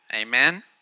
Amen